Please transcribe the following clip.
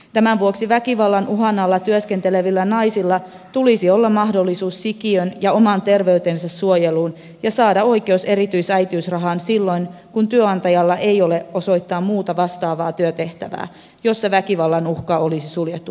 tämän vuoksi väkivallan uhan alla työskentelevillä naisilla tulisi olla mahdollisuus sikiön ja oman terveytensä suojeluun ja oikeus erityisäitiysrahaan silloin kun työnantajalla ei ole osoittaa muuta vastaavaa työtehtävää jossa väkivallan uhka olisi suljettu pois